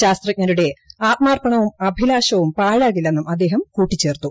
ശാസ്ത്രജ്ഞരുടെ ആത്മാർപ്പണവും അഭിലാഷവും പാഴാകില്ലെന്നും അദ്ദേഹം കൂട്ടിച്ചേർത്തു